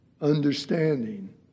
Understanding